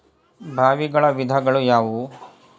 ಬಾವಿಗಳ ವಿಧಗಳು ಯಾವುವು?